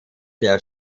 der